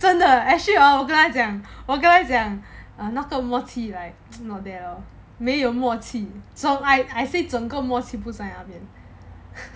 真的 actually hor 我跟他讲我跟他讲 err 那个默契 is not there lor 没有默契没没有默契 so I I said 整个默契不在那边